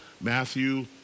Matthew